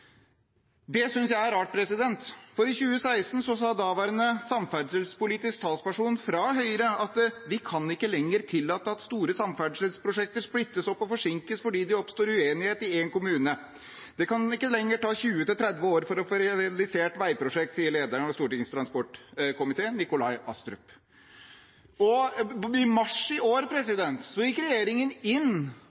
Det synes jeg er rart. For i 2016 sa daværende samferdselspolitiske talsperson fra Høyre at man ikke lenger kan tillate at store samferdselsprosjekter splittes opp og forsinkes fordi det oppstår uenighet i en kommune. Det kan ikke lenger ta 20–30 år å få realisert veiprosjekt, sa lederen av Stortingets transportkomité, Nikolai Astrup. I mars i år gikk regjeringen inn